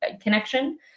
connection